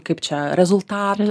kaip čia rezultatų